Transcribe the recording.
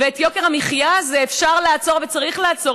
ואת יוקר המחיה הזה אפשר לעצור וצריך לעצור,